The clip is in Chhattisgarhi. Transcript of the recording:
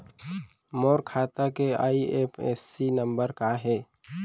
मोर खाता के आई.एफ.एस.सी नम्बर का हे?